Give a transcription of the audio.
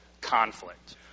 conflict